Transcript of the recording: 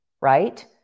Right